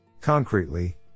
Concretely